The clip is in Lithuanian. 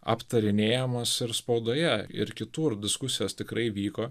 aptarinėjamos ir spaudoje ir kitur diskusijos tikrai vyko